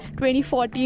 2014